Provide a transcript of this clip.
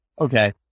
Okay